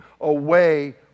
away